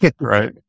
Right